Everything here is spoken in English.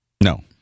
No